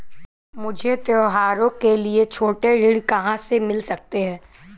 मुझे त्योहारों के लिए छोटे ऋण कहाँ से मिल सकते हैं?